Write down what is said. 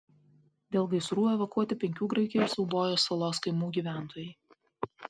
dėl gaisrų evakuoti penkių graikijos eubojos salos kaimų gyventojai